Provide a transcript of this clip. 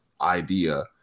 idea